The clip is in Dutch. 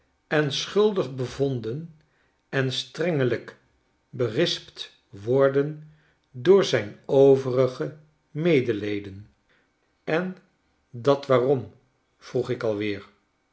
en schuldig bevonden en strengelijk berispt worden door zijn overige medeleden en dat waarom vroeg ik alweer